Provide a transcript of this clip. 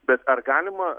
bet ar galima